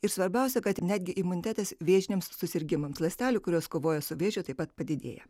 ir svarbiausia kad netgi imunitetas vėžiniams susirgimams ląstelių kurios kovoja su vėžiu taip pat padidėja